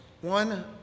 One